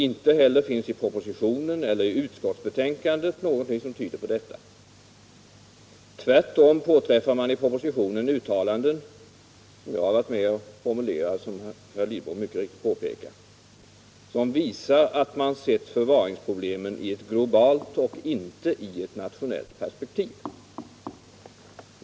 Inte heller finns det i propositionen eller i utskottsbetänkandet något som tyder på detta. Tvärtom så påträffar man i propositionen uttalanden, som jag varit med om att formulera — vilket Carl Lidbom mycket riktigt påpekat — som visar att man sett förvaringsproblemen i ett globalt och inte i ett nationellt perspektiv.